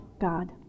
God